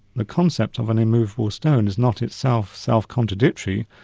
the concept of an immovable stone, is not itself self-contradictory,